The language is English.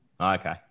Okay